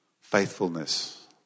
faithfulness